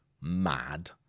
mad